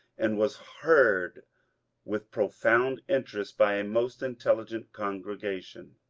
and was heard with profound interest by a most intelligent congregation.